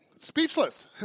speechless